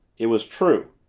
it was true.